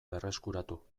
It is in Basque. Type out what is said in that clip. berreskuratu